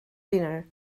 dinner